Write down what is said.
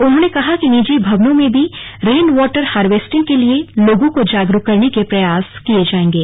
उन्होंने कहा कि निजी भवनों में भी रेन वॉटर हार्वेस्टिंग के लिए लोगों को जागरूक करने के प्रयास किये जाएंगे